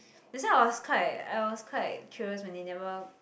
that's why I was quite I was quite curious when they never